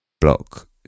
block